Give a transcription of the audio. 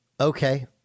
Okay